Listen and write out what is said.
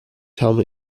helmet